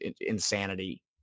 insanity